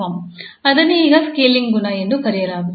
ಅದನ್ನೇ ಈಗ ಸ್ಕೇಲಿಂಗ್ ಗುಣ ಎಂದು ಕರೆಯಲಾಗುತ್ತದೆ